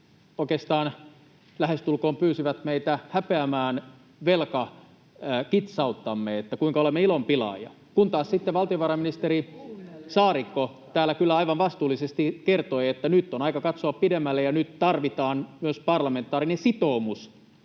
oikeastaan lähestulkoon pyysivät meitä häpeämään velkakitsauttamme, sitä, kuinka olemme ilonpilaajia, [Pia Viitanen: Ette te kuunnelleet taaskaan!] kun taas sitten valtiovarainministeri Saarikko täällä kyllä aivan vastuullisesti kertoi, että nyt on aika katsoa pidemmälle ja nyt tarvitaan myös parlamentaarinen sitoumus